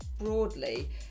broadly